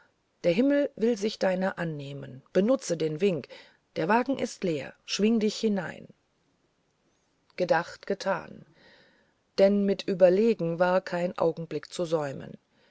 der himmel will sich deiner annehmen benutze den wink der wagen ist leer schwing dich hinein gedacht getan denn mit überlegen war kein augenblick zu versäumen